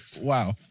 wow